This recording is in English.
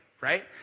right